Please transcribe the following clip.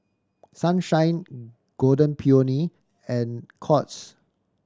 Sunshine Golden Peony and Courts